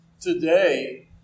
today